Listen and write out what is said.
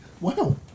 Wow